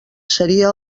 seria